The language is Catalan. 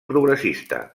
progressista